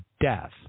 death